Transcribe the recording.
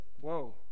whoa